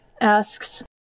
asks